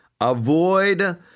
avoid